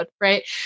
right